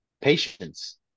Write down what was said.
patience